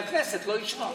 והכנסת לא אישרה.